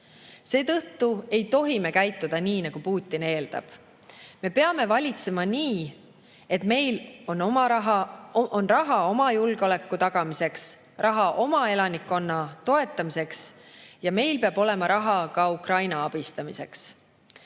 Seetõttu ei tohi me käituda nii, nagu Putin eeldab. Me peame valitsema nii, et meil on raha oma julgeoleku tagamiseks, raha oma elanikkonna toetamiseks ja meil peab olema raha ka Ukraina abistamiseks.